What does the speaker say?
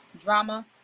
drama